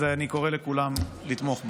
אני קורא לכולם לתמוך בה.